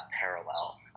parallel